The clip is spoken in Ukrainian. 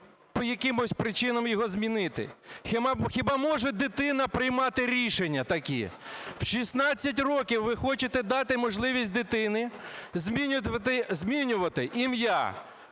по якимось причинам його змінити? Хіба може дитина приймати рішення такі? В 16 років ви хочете дати можливість дитині змінювати ім'я,